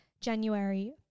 January